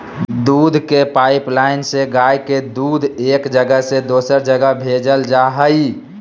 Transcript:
दूध के पाइपलाइन से गाय के दूध एक जगह से दोसर जगह भेजल जा हइ